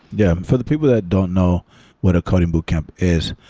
yeah. for the people that don't know what a coding boot camp is,